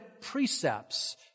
precepts